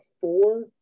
four